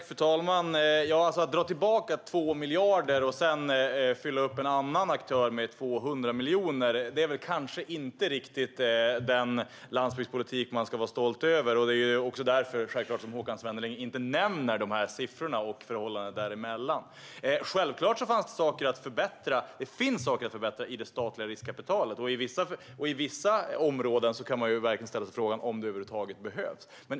Fru talman! Att dra tillbaka 2 miljarder och sedan fylla upp en annan aktör med 200 miljoner är kanske inte riktigt en landsbygdspolitik att vara stolt över. Det är självklart också därför Håkan Svenneling inte nämner dessa siffror och förhållandet dem emellan. Självklart finns det saker att förbättra i det statliga riskkapitalet, och på vissa områden kan man verkligen ställa sig frågan om det över huvud taget behövs.